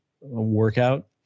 workout